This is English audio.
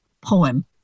poem